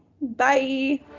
bye